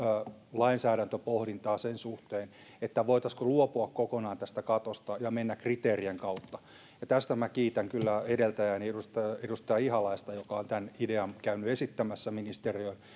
lainsäädäntöpohdintaa sen suhteen voitaisiinko luopua kokonaan tästä katosta ja mennä kriteerien kautta tästä minä kiitän kyllä edeltäjääni edustaja edustaja ihalaista joka on tämän idean käynyt esittämässä ministeriöön